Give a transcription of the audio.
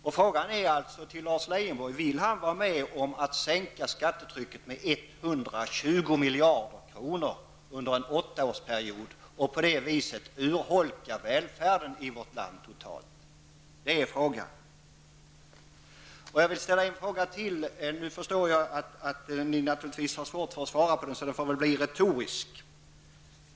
Min fråga till Lars Leijonborg är om han vill vara med om att sänka skattetrycket med 120 miljarder kronor under en åttaårsperiod och på det viset urholka välfärden i vårt land. Nu vet jag att ni inte har möjlighet att direkt besvara mina frågor, varför dessa får bli retoriska.